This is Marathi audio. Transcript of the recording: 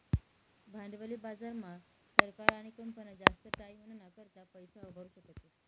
भांडवली बाजार मा सरकार आणि कंपन्या जास्त टाईमना करता पैसा उभारु शकतस